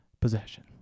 possession